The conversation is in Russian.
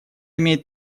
имеет